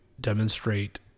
demonstrate